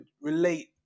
relate